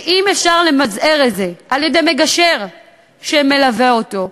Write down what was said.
ואם אפשר למזער את זה על-ידי מגשר שמלווה אותו,